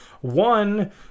One